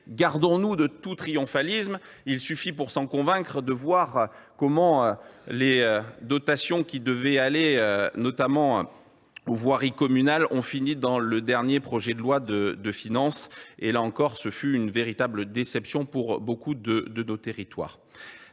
gardons nous de tout triomphalisme ! Il suffit pour s’en convaincre de voir comment les dotations qui devaient bénéficier, notamment, aux voiries communales, ont fini dans le dernier projet de loi de finances… Là encore, ce fut une véritable déception pour nombre de nos territoires.